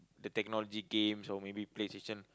the technology games or maybe PlayStation